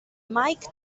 mike